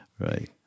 Right